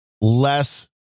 less